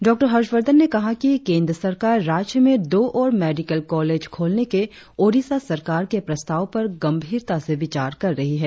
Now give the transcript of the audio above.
doctor Harshvardhan ने कहा कि केंद्र सरकार राज्य में दो और मेडिकल कॉलेज खोलने के ओडिसा सरकार के प्रस्ताव पर गंभीरता से विचार कर रही है